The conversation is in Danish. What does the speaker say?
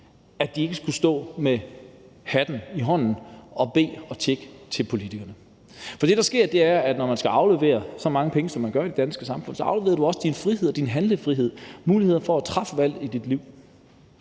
at de ikke skulle stå med hatten i hånden og bede og tigge foran politikerne. For det, der sker, er, at når du skal aflevere så mange penge, som man gør i det danske samfund, afleverer du også din frihed og din handlefrihed, muligheder for at træffe valg i dit liv.